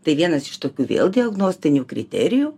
tai vienas iš tokių vėl diagnostinių kriterijų